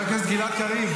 חבר הכנסת גלעד קריב,